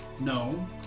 No